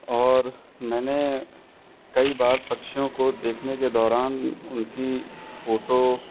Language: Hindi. और मैंने कई बार पक्षियों को देखने के दौरान उनकी फ़ोटो